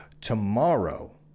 tomorrow